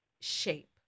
shape